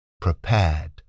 prepared